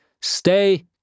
stay